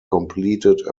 completed